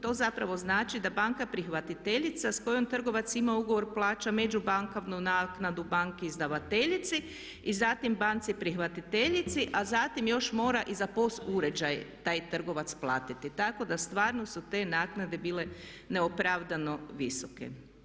To zapravo znači da banka prihvatiteljica s kojom trgovac ima ugovor ima plaća među bankovnu naknadu banki izdavateljici i zatim banci prihvatiteljici a zatim još mora i za pos uređaj taj trgovac platiti, tako da stvarno su te naknade bile neopravdano visoke.